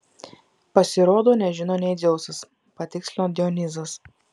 pasirodo nežino nė dzeusas patikslino dionizas